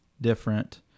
different